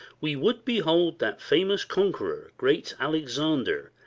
we would behold that famous conqueror, great alexander,